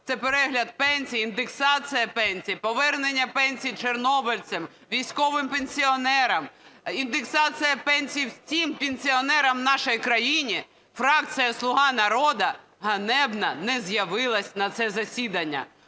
це перегляд пенсій, індексація пенсій, повернення пенсій чорнобильцям, військовим пенсіонерам, індексація пенсій всім пенсіонерам в нашій країні, фракція "Слуга народу" ганебно не з'явилась на це засідання.